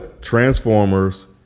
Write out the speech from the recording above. Transformers